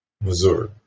Missouri